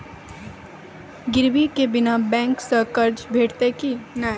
गिरवी के बिना बैंक सऽ कर्ज भेटतै की नै?